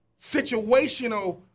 situational